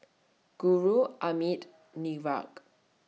Guru Amit